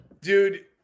Dude